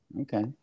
Okay